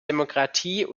demokratie